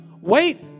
wait